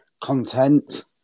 content